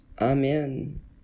Amen